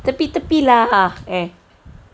tepi-tepi lah eh